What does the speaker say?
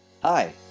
Hi